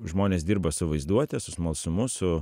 žmonės dirba su vaizduote su smalsumu su